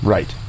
Right